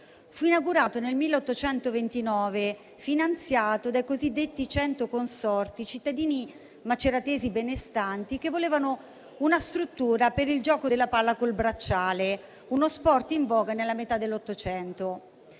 Fu inaugurato nel 1829, finanziato dai cosiddetti 100 consorti, cittadini maceratesi benestanti che volevano una struttura per il gioco della palla col bracciale, uno sport in voga nella metà dell'Ottocento.